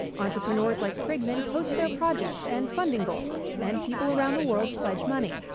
entrepreneurs like krigman post their projects and funding goals, and people around the world pledge money.